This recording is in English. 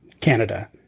Canada